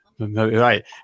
Right